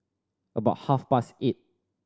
about half past eight